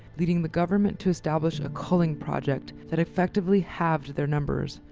leading the government to establish a culling project that effectively halved their numbers,